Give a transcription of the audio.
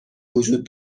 وجود